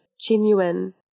genuine